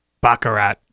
Baccarat